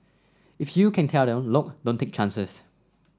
if you can tell them look don't take chances